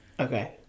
Okay